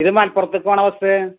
ഇത് മലപ്പുറത്തേയ്ക്ക് പോകണ ബെസ്സ്